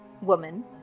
woman